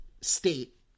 state